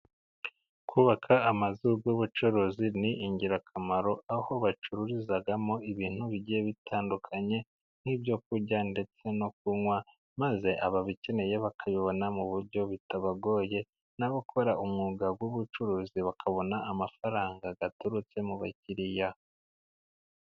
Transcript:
Kubaka amazu y'ubucuruzi ni ingirakamaro, aho bacururizamo ibintu bigiye bitandukanye, nk'ibyo kurya ndetse no kunywa. Maze ababikeneye bakabibona mu buryo bitabagoye, n'abakora umwuga w'ubucuruzi bakabona amafaranga aturutse mu bakiriya.